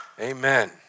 Amen